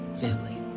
Family